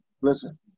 Listen